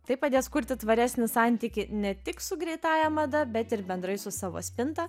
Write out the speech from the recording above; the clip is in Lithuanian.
tai padės kurti tvaresnį santykį ne tik su greitąja mada bet ir bendrai su savo spinta